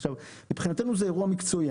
עכשיו, מבחינתנו זה אירוע מקצועי.